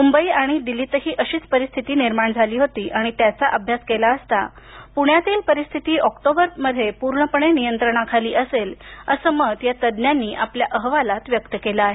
मंबई आणि दिल्लीतही अशीच परिस्थिती निर्माण झाली होती आणि त्याचा अभ्यास केला असता प्रण्यातील परिस्थिती ऑक्टोबरमध्ये पूर्णपणे नियंत्रणाखाली असेल असं मत या तज्ज्ञांनी आपल्या अहवालात व्यक्त केलं आहे